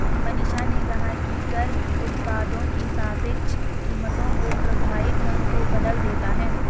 मनीषा ने कहा कि कर उत्पादों की सापेक्ष कीमतों को प्रभावी ढंग से बदल देता है